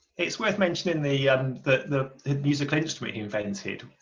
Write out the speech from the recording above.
it's worth mentioning the um the the musical instrument he invented.